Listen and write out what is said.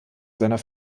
seiner